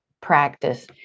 practice